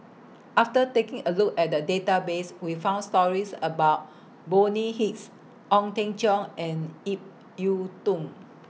after taking A Look At The Database We found stories about Bonny Hicks Ong Teng Cheong and Ip Yiu Tung